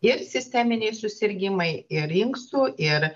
ir sisteminiai susirgimai ir inkstų ir